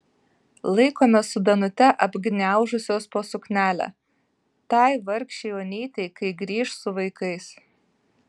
laikome su danute apgniaužusios po suknelę tai vargšei onytei kai grįš su vaikais